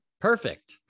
Perfect